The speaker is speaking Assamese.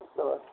নিশ্চয়